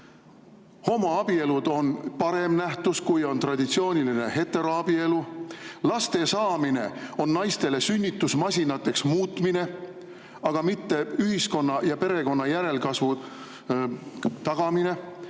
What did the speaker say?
Homoabielud on parem nähtus, kui on traditsiooniline heteroabielu. Laste saamine tähendab naistele sünnitusmasinaks muutumist, aga mitte ühiskonna ja perekonna järelkasvu tagamist.